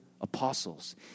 apostles